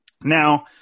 Now –